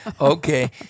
Okay